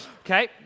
Okay